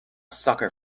sucker